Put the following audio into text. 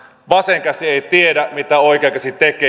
vasen käsi ei tiedä mitä oikea käsi tekee